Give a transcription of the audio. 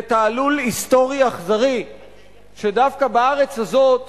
זה תעלול היסטורי אכזרי שדווקא בארץ הזאת